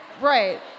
Right